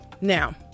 now